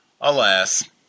Alas